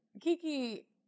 Kiki